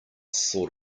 sort